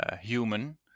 human